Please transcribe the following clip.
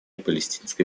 палестинской